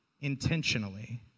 intentionally